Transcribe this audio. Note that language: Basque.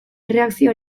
erreakzio